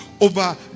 Over